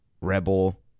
rebel